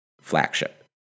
flagship